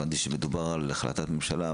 הבנתי שמדובר על החלטת ממשלה,